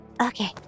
Okay